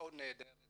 מאוד נהדרת